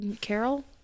carol